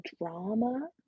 drama